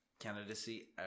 candidacy